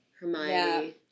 Hermione